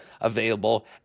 available